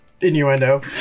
innuendo